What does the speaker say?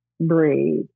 breathe